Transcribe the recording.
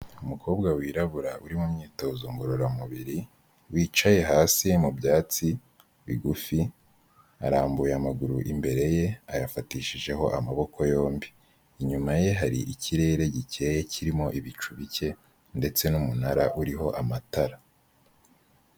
Umukobwa wirabura uri mu myitozo ngororamubiri, wicaye hasi mu byatsi bigufi, arambuye amaguru imbere ye, ayafatishijeho amaboko yombi. Inyuma ye hari ikirere gikeye kirimo ibicu bike ndetse n'umunara uriho amatara